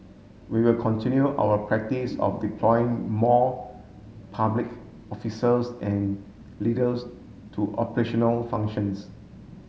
we will continue our practice of deploying more public officers and leaders to operational functions